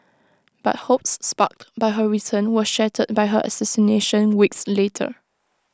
but hopes sparked by her return were shattered by her assassination weeks later